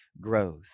growth